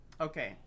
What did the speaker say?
okay